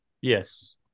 Yes